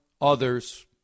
others